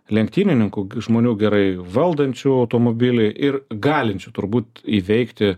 lenktynininkų žmonių gerai valdančių automobilį ir galinčių turbūt įveikti